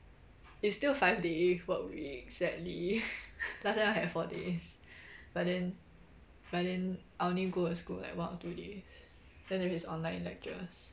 it's still five day work week sadly last time I have four days but then but then I only go to school like one or two days then the rest is online lectures